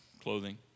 clothing